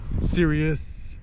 serious